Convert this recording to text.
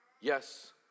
Yes